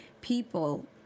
people